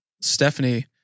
Stephanie